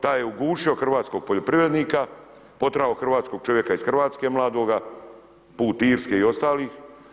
Taj je ugušio hrvatskog poljoprivrednika, potjerao hrvatskog čovjeka iz Hrvatske mladoga put Irske i ostalih.